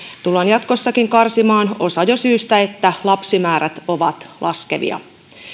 tullaan jatkossakin karsimaan osaa jo siitä syystä että lapsimäärät ovat laskevia